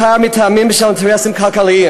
בעיקר מטעמים של אינטרסים כלכליים.